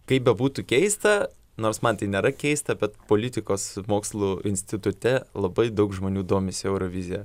kaip bebūtų keista nors man tai nėra keista bet politikos mokslų institute labai daug žmonių domisi eurovizija